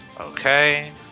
okay